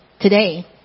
today